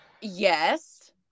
yes